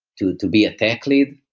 to to be a tech lead.